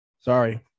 Sorry